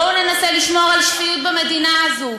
בואו ננסה לשמור על שפיות במדינה הזאת,